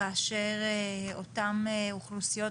כאשר אותן אוכלוסיות,